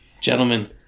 gentlemen